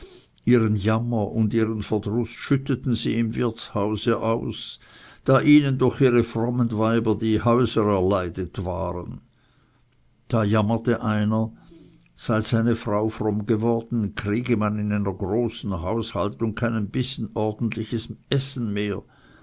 ihren jammer und ihren verdruß schütteten sie im wirtshause aus da ihnen durch ihre frommen weiber ihre häuser erleidet waren da jammerte einer seit seine frau fromm geworden kriege man in seiner großen haushaltung keinen bissen ordentliches essen mehr